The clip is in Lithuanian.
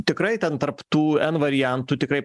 tikrai ten tarp tų n variantų tikrai